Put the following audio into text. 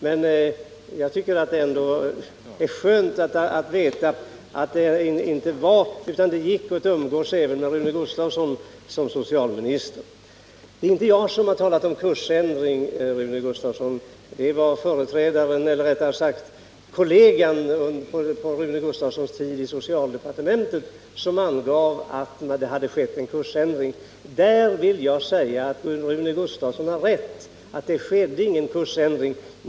Det är i alla fall skönt att veta att det gick bra för pensionärerna att kontakta socialdepartementet även när Rune Gustavsson var socialminister. Det är inte jag som har talat om kursändring, Rune Gustavsson, utan det var kollegan till Rune Gustavsson under hans tid i socialdepartementet som angav att det hade skett en sådan. I det avseendet vill jag ge Rune Gustavsson rätt i att det inte skedde någon kursändring.